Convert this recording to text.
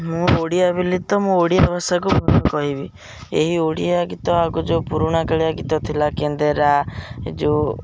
ମୁଁ ଓଡ଼ିଆ ବୋଲି ତ ମୁଁ ଓଡ଼ିଆ ଭାଷାକୁ ଭଲ କହିବି ଏହି ଓଡ଼ିଆ ଗୀତ ଆଗ ଯେଉଁ ପୁରୁଣା କାଳିଆ ଗୀତ ଥିଲା କେନ୍ଦେରା ଏ ଯେଉଁ